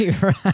right